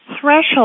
threshold